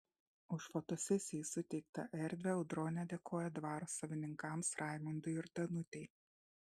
už fotosesijai suteiktą erdvę audronė dėkoja dvaro savininkams raimundui ir danutei